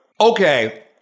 Okay